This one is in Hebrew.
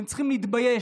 אתם צריכים להתבייש.